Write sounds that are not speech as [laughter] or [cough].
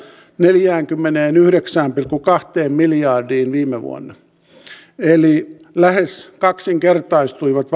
neljäänkymmeneenyhdeksään pilkku kahteen miljardiin viime vuonna eli valtiontakaukset lähes kaksinkertaistuivat [unintelligible]